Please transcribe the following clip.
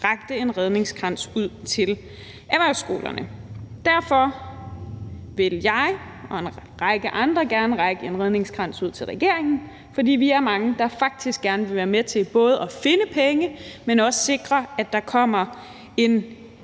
rakte en redningskrans ud til erhvervsskolerne. Derfor vil jeg og en række andre gerne række en redningskrans ud til regeringen, for vi er mange, der faktisk gerne vil være med til både at finde penge, men også til at sikre, at der kommer en